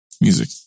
music